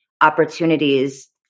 opportunities